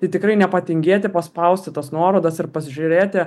tai tikrai nepatingėti paspausti tos nuorodos ir pasižiūrėti